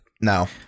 No